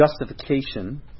justification